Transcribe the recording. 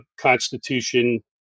Constitution